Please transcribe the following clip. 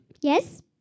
Yes